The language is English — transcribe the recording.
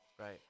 Right